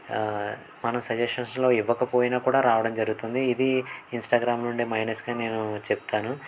మనం సజెషన్స్లో ఇవ్వకపోయినా కూడా రావడం జరుగుతుంది ఇది ఇన్స్టాగ్రామ్లో ఉండే మైనెస్గా నేను చెప్తాను